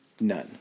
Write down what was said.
none